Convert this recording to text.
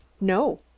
No